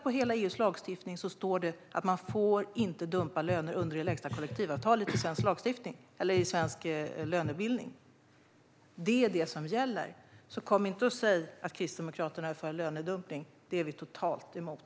I EU:s lagstiftning står det att man inte får dumpa löner under det lägsta kollektivavtalet i svensk lönebildning. Det är det som gäller, så kom inte och säg att Kristdemokraterna är för lönedumpning, för det är vi totalt emot!